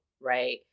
right